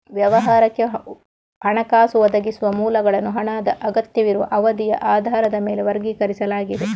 ವ್ಯವಹಾರಕ್ಕೆ ಹಣಕಾಸು ಒದಗಿಸುವ ಮೂಲಗಳನ್ನು ಹಣದ ಅಗತ್ಯವಿರುವ ಅವಧಿಯ ಆಧಾರದ ಮೇಲೆ ವರ್ಗೀಕರಿಸಲಾಗಿದೆ